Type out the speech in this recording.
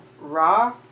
raw